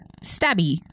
stabby